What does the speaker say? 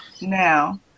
now